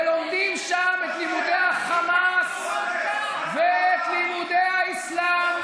והם יוצאים לשם ולומדים שם את לימודי החמאס ואת לימודי האסלאם,